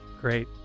Great